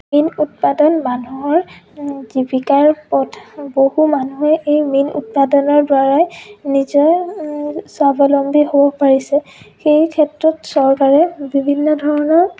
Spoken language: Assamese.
মীন উৎপাদন মানুহৰ জীৱিকাৰ পথ বহু মানুহে এই মীন উৎপাদনৰ দ্বাৰাই নিজে স্বাৱলম্বী হ'ব পাৰিছে সেই ক্ষেত্ৰত চৰকাৰে বিভিন্ন ধৰণৰ